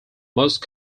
most